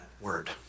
word